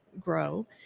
grow